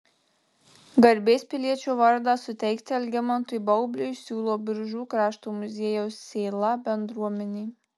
garbės piliečio vardą suteikti algimantui baubliui siūlo biržų krašto muziejaus sėla bendruomenė